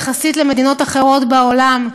יחסית למדינות אחרות בעולם,